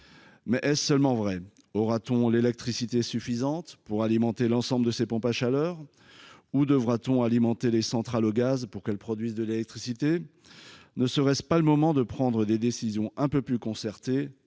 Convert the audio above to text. Mais est ce seulement vrai ? Aura t on l’électricité suffisante pour alimenter l’ensemble de ces pompes à chaleur ? Ou devra t on alimenter les centrales au gaz pour qu’elles produisent de l’électricité ? Le moment n’est il pas venu de prendre des décisions un peu plus concertées